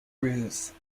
ruse